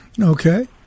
Okay